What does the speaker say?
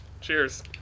cheers